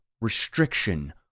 restriction